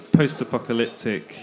post-apocalyptic